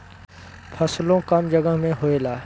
फसलो कम जगह मे होएला